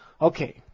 Okay